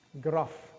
Gruff